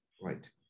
right